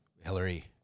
Hillary